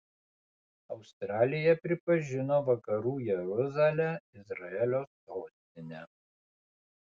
australija pripažino vakarų jeruzalę izraelio sostine